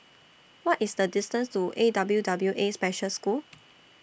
What IS The distance to A W W A Special School